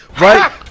Right